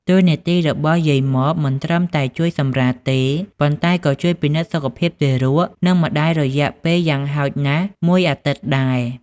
តួនាទីរបស់យាយម៉បមិនត្រឹមតែជួយសម្រាលទេ ប៉ុន្តែក៏ជួយពិនិត្យសុខភាពទារក និងម្ដាយរយៈពេលយ៉ាងហោចណាស់មួយអាទិត្យដែរ។